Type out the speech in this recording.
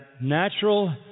Natural